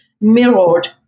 mirrored